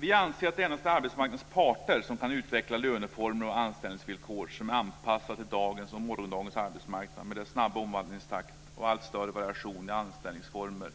Vi anser att det endast är arbetsmarknadens parter som kan utveckla löneformer och anställningsvillkor som är anpassade till dagens och morgondagens arbetsmarknad med dess snabba omvandlingstakt och allt större variation i anställningsformer,